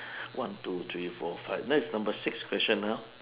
one two three four five that's number six question ah